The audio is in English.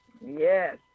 Yes